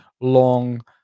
long